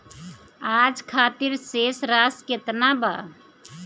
आज खातिर शेष राशि केतना बा?